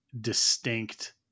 distinct